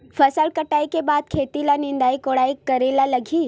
फसल कटाई के बाद खेत ल निंदाई कोडाई करेला लगही?